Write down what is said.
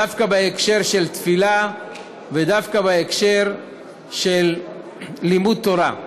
דווקא בהקשר של תפילה ודווקא בהקשר של לימוד תורה.